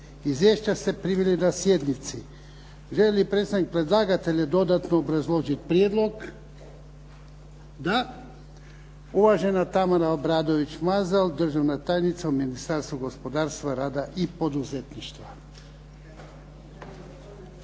Izvješća ste primili na sjednici. Želi li predstavnik predlagatelja dodatno obrazložiti prijedlog? Da. Uvažena Tamara Obradović-Mazal, državna tajnica u Ministarstvu gospodarstva, rada i poduzetništva.